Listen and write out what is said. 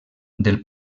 del